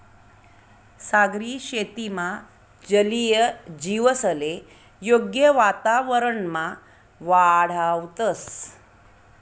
सागरी शेतीमा जलीय जीवसले योग्य वातावरणमा वाढावतंस